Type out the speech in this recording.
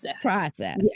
Process